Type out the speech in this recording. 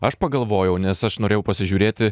aš pagalvojau nes aš norėjau pasižiūrėti